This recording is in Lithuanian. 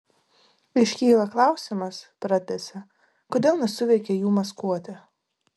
iškyla klausimas pratęsė kodėl nesuveikė jų maskuotė